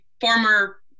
former